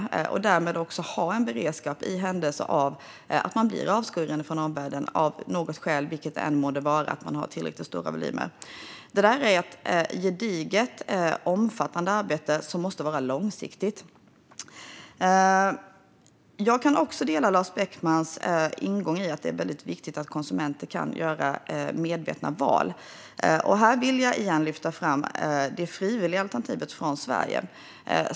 Därmed kan vi få tillräckligt stora volymer och ha beredskap i händelse av att vi blir avskurna från omvärlden, av vilket skäl det än må vara. Det är ett gediget och omfattande arbete som måste vara långsiktigt. Jag kan hålla med om Lars Beckmans ingång att det är viktigt att konsumenter kan göra medvetna val. Här vill jag igen lyfta fram det frivilliga alternativet "Från Sverige".